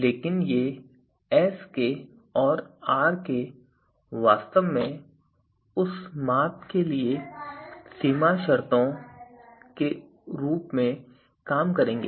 लेकिन ये Sk और Rk वास्तव में उस माप के लिए सीमा शर्तों के रूप में काम करेंगे